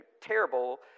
terrible